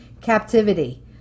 captivity